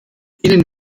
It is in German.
ihnen